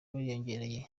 bariyongereye